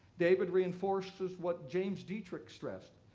david reinforces what james deitrick stressed,